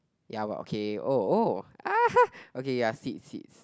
ya but okay oh oh !aha! okay ya seat seats